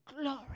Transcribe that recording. glory